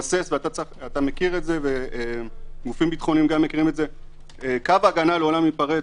ואתה מכיר את זה וגם גופים ביטחוניים קו הגנה לעולם ייפרץ.